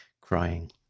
crying